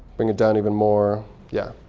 bring it down even more yeah.